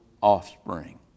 offspring